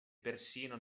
persino